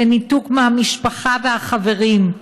לניתוק מהמשפחה והחברים,